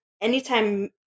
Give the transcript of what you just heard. anytime